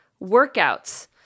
workouts